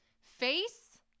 face